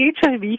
HIV